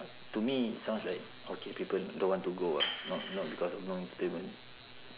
to me it sounds like okay people don't want to go ah not not because of no entertainment